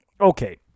okay